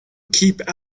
keep